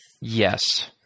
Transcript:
Yes